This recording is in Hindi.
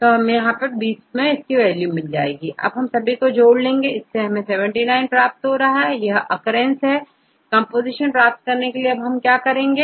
इस तरह हमें20 रेसिड्यू की वैल्यू मिल जाती है यदि आप सभी को जोड़ ले तो आपको79 प्राप्त होता है यह OCCURRENCE है कंपोजीशन प्राप्त करने के लिए क्या करना होगा